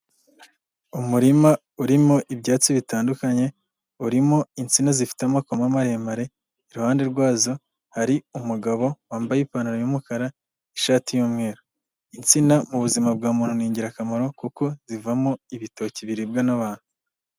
Umurima urimo ibyatsi bitandukanye. Urimo: insina zifite amakoma maremare. Iruhande rwazo hari umugabo wambaye ipantaro y'umukara, ishati y'umweru. Insina mu buzima bwa muntu ni ingirakamaro kuko zivamo ibitoki biribwa n'abantu.